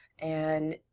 and,